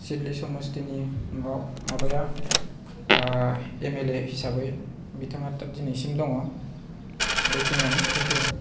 Siddeley समष्टिनि माबाया M L A हिसाबै बिथाङा दा दिनैसिम दङ बेखिनियानो थेंक इउ